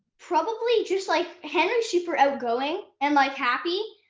probably just like henry's super outgoing and like happy.